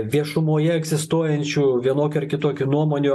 viešumoje egzistuojančių vienokių ar kitokių nuomonių